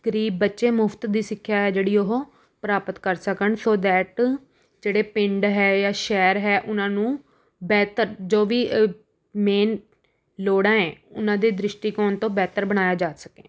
ਗਰੀਬ ਬੱਚੇ ਮੁਫ਼ਤ ਦੀ ਸਿੱਖਿਆ ਹੈ ਜਿਹੜੀ ਉਹ ਪ੍ਰਾਪਤ ਕਰ ਸਕਣ ਸ਼ੌ ਦੇੈਟ ਜਿਹੜੇ ਪਿੰਡ ਹੈ ਜਾਂ ਸ਼ਹਿਰ ਹੈ ਉਨ੍ਹਾਂ ਨੂੰ ਬਿਹਤਰ ਜੋ ਵੀ ਮੇਨ ਲੋੜਾਂ ਹੈ ਉਨ੍ਹਾਂ ਦੇ ਦ੍ਰਿਸ਼ਟੀਕੋਣ ਤੋਂ ਬਿਹਤਰ ਬਣਾਇਆ ਜਾ ਸਕੇ